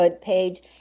page